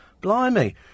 Blimey